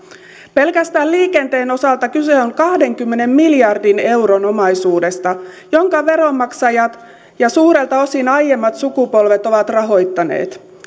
pelkästään liikenteen osalta kyse on kahdenkymmenen miljardin euron omaisuudesta jonka veronmaksajat ja suurelta osin aiemmat sukupolvet ovat rahoittaneet